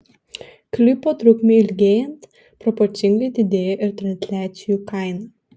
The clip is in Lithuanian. klipo trukmei ilgėjant proporcingai didėja ir transliacijų kaina